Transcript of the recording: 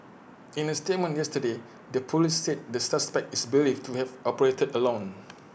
in A statement yesterday the Police said the suspect is believed to have operated alone